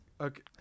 Okay